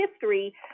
history